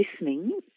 listening